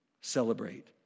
celebrate